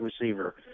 receiver